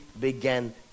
began